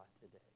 today